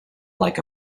like